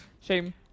shame